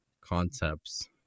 concepts